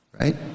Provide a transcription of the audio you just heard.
Right